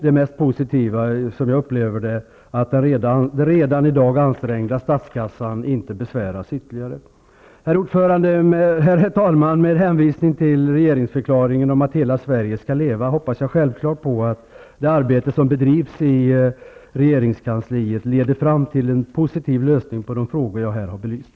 Det mest positiva vore, som jag upplever det, att den redan i dag ansträngda statskassan inte skulle belastas ytterligare. Herr talman! Med hänvisning till regeringsförklaringens ord om att hela Sverige skall leva hoppas jag självfallet att det arbete som bedrivs i regeringskansliet leder fram till en positiv lösning av de problem som jag har belyst.